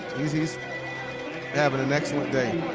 he's he's having an excellent day.